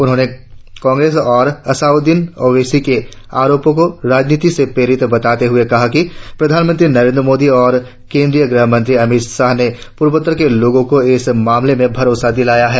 उन्होंने कांग्रेस और असादुद्दिन ओवैसी के आरोपों को राजनीति से प्रेरित बताते हुए कहा कि प्रधानमंत्री नरेंद्र मोदी और केंद्रीय गृह मंत्री अमीत शाह ने पूर्वोत्तर के लोगों को इस मामले में भरोसा दिलाया है